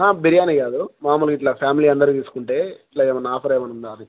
బిర్యానీ కాదు మామూలు ఇట్లా ఫ్యామిలీ అందరూ తీసుకుంటే ఇట్లా ఏమైన్నా ఆఫర్ ఏమై ఉందా అది